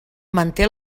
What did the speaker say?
manté